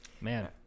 Man